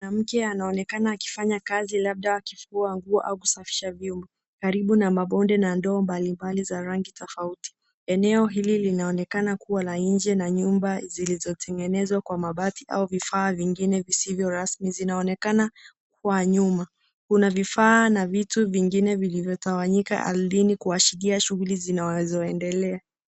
Mwanamke anayeonekana akifanya kazi labda akifua nguo au kusafisha vyumba. Karibu na mabonde na ndoo mbali mbali za rangi tofauti. Eneo hili linaonekana kuwa la nje na nyumba zilizotengenezwa kwa mabati au vifaa vingine visivyo rasmi vinaoenekana kwa nyuma. Kuna vifaa na vitu vingine vilvyo tawanyika ardhini kuashiria shughuli zinazoendelea.